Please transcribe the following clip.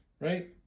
right